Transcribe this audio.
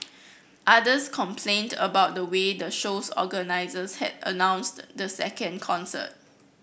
others complained about the way the show's organisers had announced the second concert